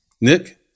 Nick